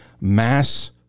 mass